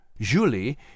Julie